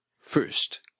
First